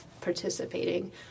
participating